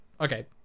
okay